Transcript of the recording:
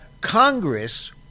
Congress